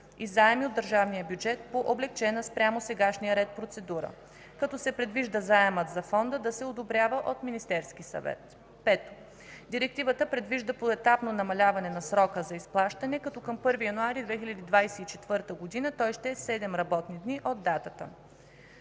и заеми от държавния бюджет по облекчена спрямо сегашния ред процедура, като се предвижда заемът за Фонда да се одобрява от Министерския съвет. Пето, Директивата предвижда поетапно намаляване на срока за изплащане, като към 1 януари 2024 г. той ще е седем работни дни от датата,